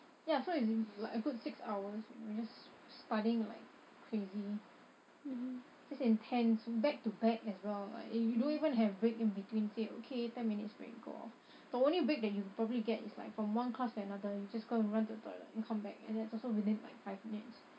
ya so it's like a good six hours you know just studying like crazy just intense back to back as well like you don't even have break in between say okay ten minutes break go off the only break that you probably get is like from one class to another you just go and run the toilet and come back and it's also within like five minutes